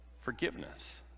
forgiveness